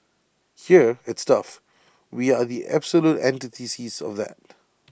here at stuff we are the absolute antithesis of that